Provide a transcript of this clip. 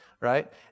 right